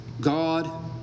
God